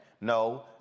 No